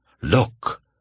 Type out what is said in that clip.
Look